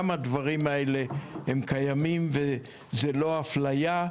גם הדברים האלה הם קיימים וזה לא אפליה,